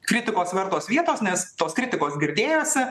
kritikos vertos vietos nes tos kritikos girdėjosi